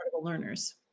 Learners